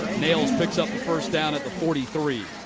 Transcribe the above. nails picks up the first down at the forty three.